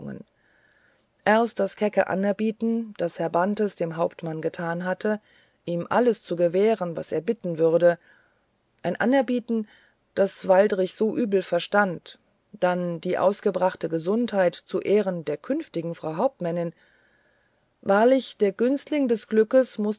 erst das kecke anerbieten das herr bantes dem hauptmann getan hatte ihm alles zu gewähren was er bitten würde ein anerbieten das waldrich so übel verstand dann die ausgebrachte gesundheit zu ehren der künftigen frau hauptmännin wahrlich der günstling des glücks